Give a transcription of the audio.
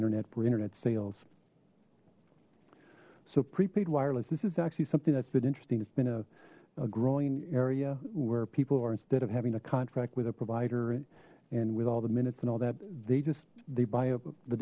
internet for internet sales so prepaid wireless this is actually something that's been interesting it's been a growing area where people are instead of having a contract with a provider and with all the minutes and all that they just they buy up